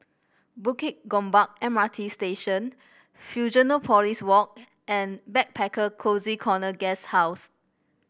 Bukit Gombak M R T Station Fusionopolis Walk and Backpacker Cozy Corner Guesthouse